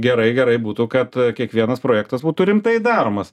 gerai gerai būtų kad kiekvienas projektas būtų rimtai daromas